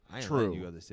True